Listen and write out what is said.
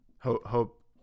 Hope